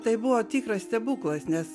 tai buvo tikras stebuklas nes